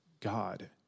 God